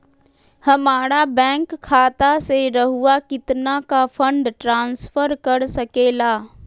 हमरा बैंक खाता से रहुआ कितना का फंड ट्रांसफर कर सके ला?